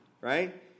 right